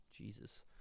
Jesus